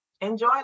Enjoy